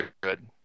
good